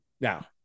Now